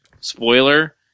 spoiler